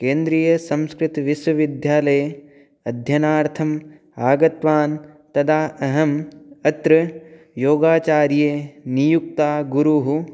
केन्द्रीयसंस्कृतविश्वविद्यालये अध्ययनार्थम् आगतवान् तदा अहम् अत्र योगाचार्ये नियुक्ता गुरुः